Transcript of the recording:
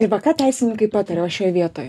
ir va ką teisininkai pataria va šioj vietoj